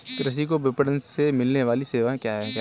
कृषि को विपणन से मिलने वाली सेवाएँ क्या क्या है